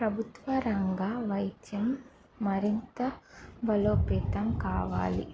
ప్రభుత్వ రంగ వైద్యం మరింత బలోపేతం కావాలి